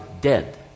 dead